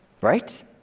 Right